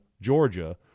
Georgia